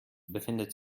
befindet